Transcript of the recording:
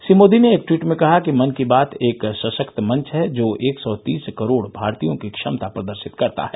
श्री मोदी ने एक टवीट में कहा कि मन की बात एक सशक्त मंच है जो एक सौ तीस करोड़ भारतीयों की क्षमता प्रदर्शित करता है